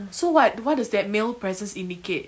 so what what does that male presence indicate